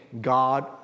God